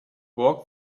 walk